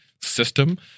system